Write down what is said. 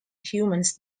humans